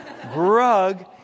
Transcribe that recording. Grug